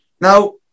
now